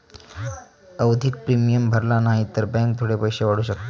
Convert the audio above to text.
आवधिक प्रिमियम भरला न्हाई तर बॅन्क थोडे पैशे वाढवू शकता